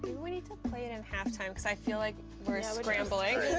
we need to play it in half time because i feel like we're yeah scrambling.